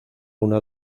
una